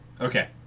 okay